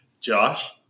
josh